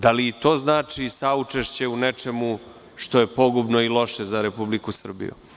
Da li i to znači saučešće u nečemu što je pogubno i loše za Republiku Srbiju.